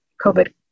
COVID